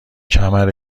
کمر